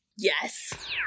Yes